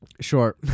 Sure